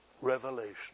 revelation